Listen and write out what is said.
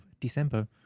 December